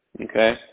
Okay